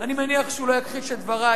אני מניח שהוא לא יכחיש את דברי.